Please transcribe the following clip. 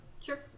Sure